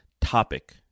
topic